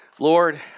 Lord